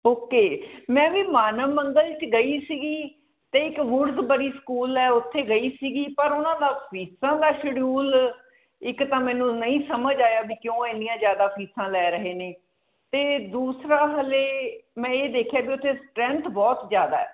okay ਮੈਂ ਵੀ ਮਾਨਵ ਮੰਗਲ 'ਚ ਗਈ ਸੀਗੀ ਅਤੇ ਇੱਕ ਵੁੜਕ ਬੜੀ ਸਕੂਲ ਹੈ ਉੱਥੇ ਗਈ ਸੀਗੀ ਪਰ ਉਹਨਾਂ ਦਾ ਫ਼ੀਸਾਂ ਦਾ ਸ਼ਡਿਊਲ ਇੱਕ ਤਾਂ ਮੈਨੂੰ ਨਹੀਂ ਸਮਝ ਆਇਆ ਵੀ ਕਿਉਂ ਇੰਨੀਆਂ ਜ਼ਿਆਦਾ ਫ਼ੀਸਾਂ ਲੈ ਰਹੇ ਨੇ ਅਤੇ ਦੂਸਰਾ ਹਾਲੇ ਮੈਂ ਇਹ ਦੇਖਿਆ ਕਿ ਉੱਥੇ ਸਟਰੈਂਥ ਬਹੁਤ ਜ਼ਿਆਦਾ